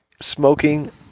Smoking